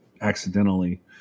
accidentally